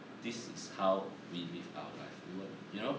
this is how we live our live you want you know